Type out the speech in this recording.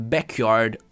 Backyard